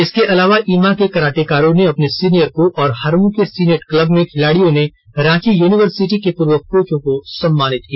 इसके अलावा इमा के करार्टेकारों ने अपने सीनियर को और हरमू के सीनेट क्लब में खिलाड़ियों ने रांची यूनिवर्सिटी के पूर्व कोचों को सम्मानित किया